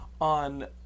on